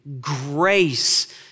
grace